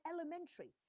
elementary